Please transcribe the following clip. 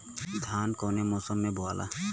धान कौने मौसम मे बोआला?